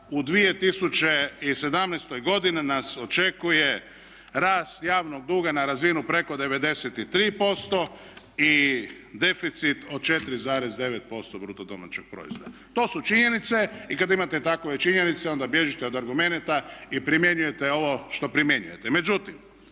u 2017. godini nas očekuje rast javnog duga na razinu preko 93% i deficit od 4,9% BDP-a. To su činjenice. I kad imate takve činjenice onda bježite od argumenata i primjenjujete ovo što primjenjujete.